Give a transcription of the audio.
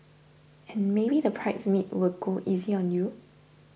and maybe the bridesmaid will go easy on you